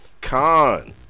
Con